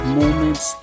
moments